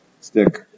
stick